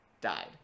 died